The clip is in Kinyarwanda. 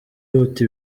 urota